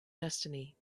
destiny